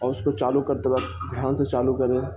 اور اس کو چالو کرتے وقت دھیان سے چالو کریں